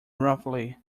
roughly